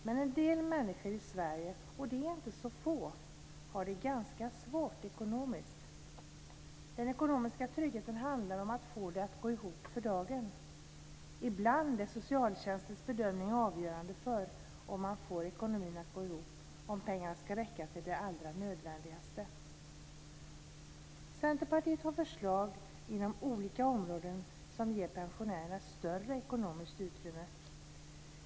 Men en del människor i Sverige, och det är inte så få, har det ganska svårt ekonomiskt. Den ekonomiska tryggheten handlar om att få det att gå ihop för dagen. Ibland är socialtjänstens bedömning avgörande för om man får ekonomin att gå ihop, om pengarna ska räcka till det allra nödvändigaste. Centerpartiet har förslag inom olika områden som ger pensionärerna större ekonomiskt utrymme.